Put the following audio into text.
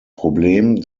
problem